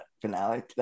finale